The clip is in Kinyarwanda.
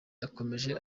yakomeje